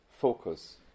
focus